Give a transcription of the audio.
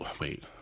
wait